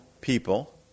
people